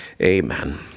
Amen